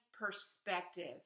perspective